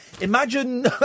Imagine